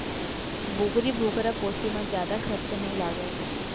बोकरी बोकरा पोसे म जादा खरचा नइ लागय